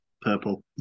purple